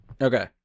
okay